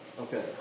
Okay